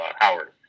Howard